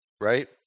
Right